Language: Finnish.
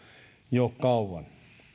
jo kauan